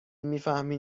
میفهمین